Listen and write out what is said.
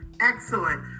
Excellent